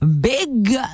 big